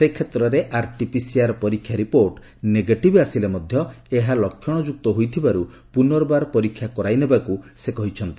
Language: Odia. ସେ କ୍ଷେତ୍ରରେ ଆର୍ଟିପିସିଆର୍ ପରୀକ୍ଷା ରିପୋର୍ଟ ନେଗେଟିଭ୍ ଆସିଲେ ମଧ୍ୟ ଏହା ଲକ୍ଷଣ ଯୁକ୍ତ ହୋଇଥିବାରୁ ପୁନର୍ବାର ପରୀକ୍ଷା କରାଇନେବାକୁ ସେ କହିଛନ୍ତି